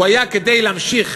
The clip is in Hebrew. הוא היה כדי להמשיך,